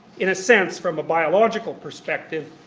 in a sense, from a biological perspective,